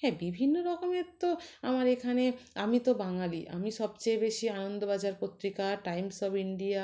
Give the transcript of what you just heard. হ্যাঁ বিভিন্ন রকমের তো আমার এখানে আমি তো বাঙালি আমি সব চেয়ে বেশি Anandabazar Patrika Times of India